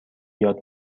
یاد